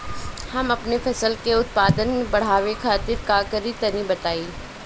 हम अपने फसल के उत्पादन बड़ावे खातिर का करी टनी बताई?